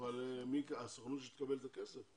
שהסוכנות תקבל את הכסף?